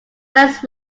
west